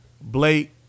Blake